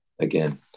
again